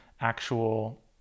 actual